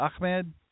Ahmed